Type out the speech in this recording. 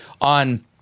on